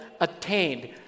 attained